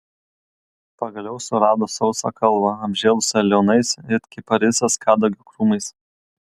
pagaliau surado sausą kalvą apžėlusią liaunais it kiparisas kadagio krūmais